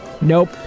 nope